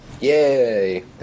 Yay